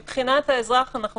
מבחינת האזרח אנחנו התחייבנו,